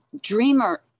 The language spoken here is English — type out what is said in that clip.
dreamer